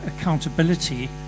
accountability